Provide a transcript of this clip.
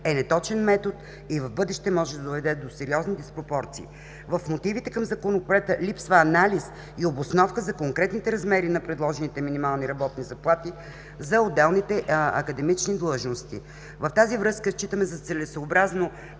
е неточен метод и в бъдеще може да доведе до сериозни диспропорции. В мотивите към Законопроекта липсва анализ и обосновка за конкретните размери на предложените минимални работни заплати за отделните академични длъжности. В тази връзка считаме за целесъобразно